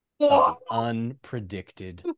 Unpredicted